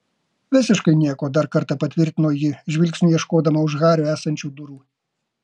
visiškai nieko dar kartą patvirtino ji žvilgsniu ieškodama už hario esančių durų